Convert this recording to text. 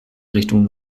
richtung